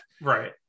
Right